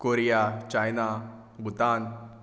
Korea China Bhutan